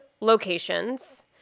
locations